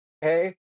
hey